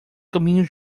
caminham